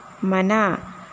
mana